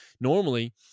normally